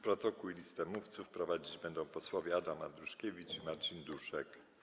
Protokół i listę mówców prowadzić będą posłowie Adam Andruszkiewicz i Marcin Duszek.